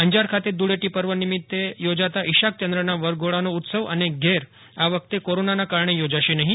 અંજાર ખાતે ધૂળેટી પર્વ નિમિત્તે યોજાતા ઇશાક ચંદ્રના વરઘોડાનો ઉત્સવ અને ઘેર આ વખતે કોરોનાના કારણે યોજાશે નહિ